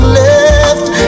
left